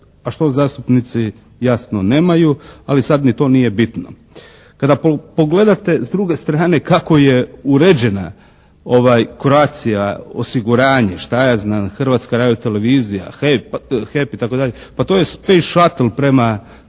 a što zastupnici jasno nemaju, ali sad ni to nije bitno. Kada pogledate s druge strane kako je uređena Croatia osiguranje, šta ja znam, Hrvatska radiotelevizija, HEP, itd., pa to je "space shuttle" prema